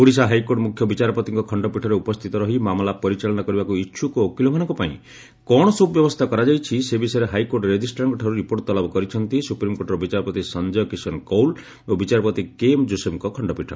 Odisha high court ମୁଖ୍ର ବିଚାରପତିଙ୍କ ଖଣ୍ଡପୀଠରେ ଉପସ୍ଥିତ ରହି ମାମଲା ପରିଚାଳନା କରିବାକୁ ଇଛୁକ ଓକିଲଙ୍କ ପାଇଁ କ'ଣ ସବୁ ବ୍ୟବସ୍ତୁା କରାଯାଇଛି ସେ ବିଷୟରେ ହାଇକୋର୍ଟ ରେଜିଷ୍ଟ୍ରାରଙ୍କଠାରୁ ରିପୋର୍ଟ ତଲବ କରିଛନ୍ତି ସୁପ୍ରିମକୋର୍ଟର ବିଚାରପତି ସଞ୍ୟ କିଷନ କୌଲ ଓ ବିଚାରପତି କେଏମ୍ ଜୋସେଫଙ୍ ଖଣ୍ତପୀଠ